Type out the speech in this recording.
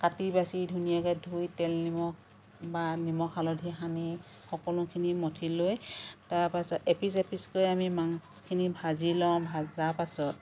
কাটি বাছি ধুনীয়াকৈ ধুই তেল নিমখ বা নিমখ হালধি সানি সকলোখিনি মঠি লৈ তাৰ পাছত এপিচ এপিচকৈ আমি মাছখিনি ভাজি লওঁ ভাজা পাচত